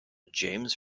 james